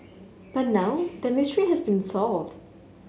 but now that mystery has been solved